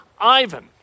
Ivan